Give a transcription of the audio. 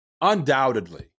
undoubtedly